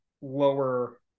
lower